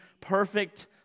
perfect